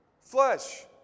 flesh